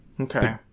okay